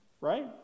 right